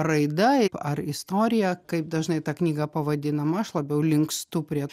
raida ar istorija kaip dažnai ta knyga pavadinama aš labiau linkstu prie